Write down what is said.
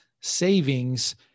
savings